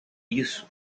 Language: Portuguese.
isso